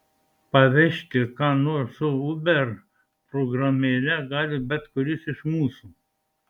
pavežti ką nors su uber programėle gali bet kuris iš mūsų